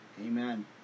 amen